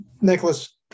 Nicholas